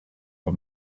for